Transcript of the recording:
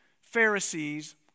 Pharisees